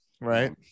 Right